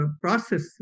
process